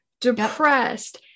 depressed